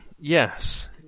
yes